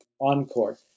Encore